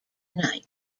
night